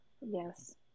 Yes